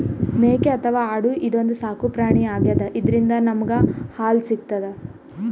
ಮೇಕೆ ಅಥವಾ ಆಡು ಇದೊಂದ್ ಸಾಕುಪ್ರಾಣಿ ಆಗ್ಯಾದ ಇದ್ರಿಂದ್ ನಮ್ಗ್ ಹಾಲ್ ಸಿಗ್ತದ್